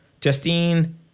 Justine